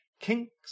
Kinks